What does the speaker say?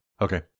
Okay